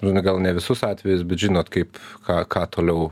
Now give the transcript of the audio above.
na gal ne visus atvejus bet žinot kaip ką ką toliau